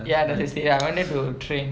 ya there's a stadium I went there to train